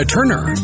Turner